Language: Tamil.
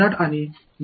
மாணவர்